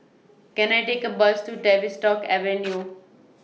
Can I Take A Bus to Tavistock Avenue